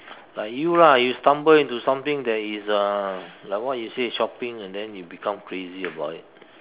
like you lah you stumble into something that is uh like what you say shopping and then you become crazy about it